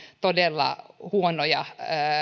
todella huonoja